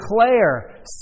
declare